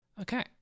okay